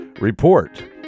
Report